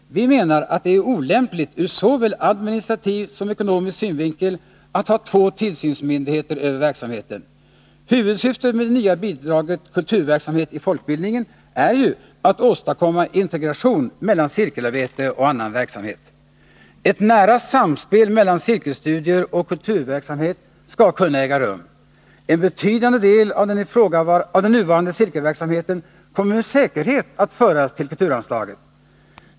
Vi menar att det är olämpligt, ur såväl administrativ som ekonomisk synvinkel, att ha två tillsynsmyndigheter över verksamheten. Huvudsyftet med det nya bidraget Kulturverksamhet i folkbildningen är ju att åstadkomma integration mellan cirkelarbete och annan verksamhet. Ett nära samspel mellan cirkelstudier och kulturverksamhet skall kunna äga rum. En betydande del av den nuvarande cirkelverksamheten kommer med säkerhet att föras till kulturanslaget.